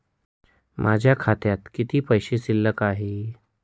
माझ्या खात्यात किती पैसे शिल्लक आहेत?